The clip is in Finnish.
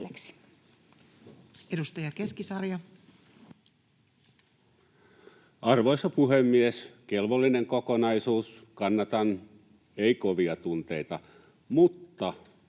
Edustaja Keskisarja. Arvoisa puhemies! Kelvollinen kokonaisuus. Kannatan, ei kovia tunteita. Mutta